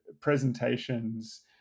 presentations